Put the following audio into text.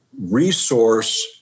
resource